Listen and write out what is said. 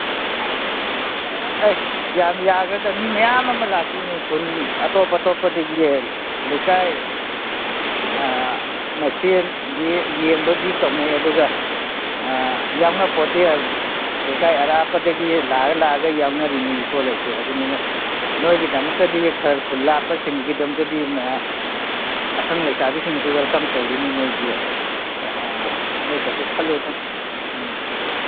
ꯑꯥꯥꯏ ꯌꯥꯝ ꯌꯥꯒꯗꯝ ꯃꯤ ꯃꯌꯥꯝ ꯑꯃ ꯂꯥꯛꯇꯣꯏꯅꯤ ꯈꯨꯟ ꯑꯇꯣꯞ ꯑꯇꯣꯞꯄꯗꯒꯤ ꯂꯩꯀꯥꯏ ꯃꯁꯦꯟ ꯌꯦꯡꯕꯗꯤ ꯇꯧꯅꯩ ꯑꯗꯨꯒ ꯌꯥꯎꯅꯄꯣꯠꯇꯦ ꯂꯩꯀꯥꯏ ꯑꯔꯥꯞꯄꯗꯒꯤ ꯂꯥꯛꯑ ꯂꯥꯛꯑꯒ ꯌꯥꯎꯅꯔꯤꯅꯤ ꯂꯤꯀꯣꯟ ꯍꯥꯏꯁꯦ ꯑꯗꯨꯅ ꯅꯣꯏꯒꯤꯗꯃꯛꯇꯗꯤ ꯈꯔ ꯈꯨꯟ ꯂꯥꯞꯄꯁꯤꯡꯒꯤꯗꯃꯛꯇꯗꯤ ꯄꯥꯈꯪ ꯂꯩꯁꯥꯕꯤꯁꯤꯡꯁꯨ ꯋꯦꯜꯀꯝ ꯇꯧꯗꯣꯏꯅꯤ ꯅꯣꯏꯒꯤ ꯅꯣꯏ ꯀꯩꯁꯨ ꯈꯜꯂꯨꯅꯨ ꯎꯝ